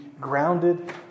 grounded